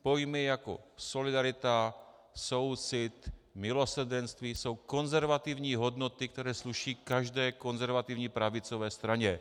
Pojmy jako solidarita, soucit, milosrdenství jsou konzervativní hodnoty, které sluší každé konzervativní pravicové straně.